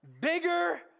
Bigger